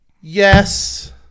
yes